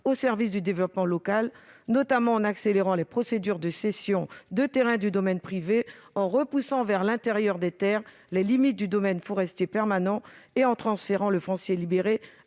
au service du développement local. Il s'agirait notamment d'accélérer les procédures de cession de terrains du domaine privé, de repousser vers l'intérieur des terres les limites du domaine forestier permanent et de transférer le foncier libéré